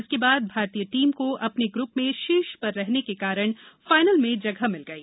इसके बाद भारतीय टीम को अपने ग्रप में शीर्ष पर रहने के कारण फाइनल में जगह मिल गई